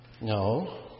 No